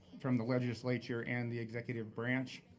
from the legislature and the executive branch,